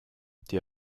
die